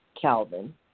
Calvin